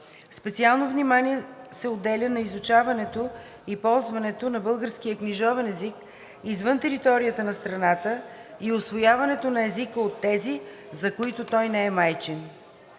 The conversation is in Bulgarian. Специално внимание се отделя на изучаването и ползването на българския книжовен език извън територията на страната и усвояването на езика от тези, за които той не е майчин.